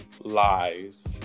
Lies